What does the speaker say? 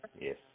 Yes